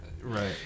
Right